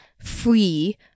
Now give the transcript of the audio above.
free